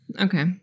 Okay